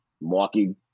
Milwaukee